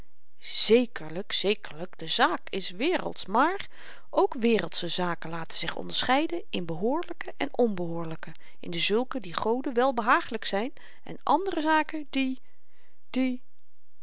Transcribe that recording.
zekerlyk zekerlyk de zaak is wereldsch maar ook wereldsche zaken laten zich onderscheiden in behoorlyke en onbehoorlyke in dezulke die gode welbehagelyk zyn en andere zaken die